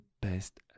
best